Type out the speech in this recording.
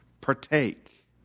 partake